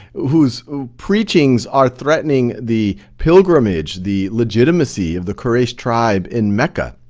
who's preachings are threatening the pilgrimage, the legitimacy of the quraysh tribe in mecca.